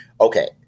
Okay